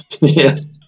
Yes